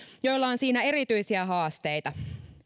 joilla on siinä erityisiä haasteita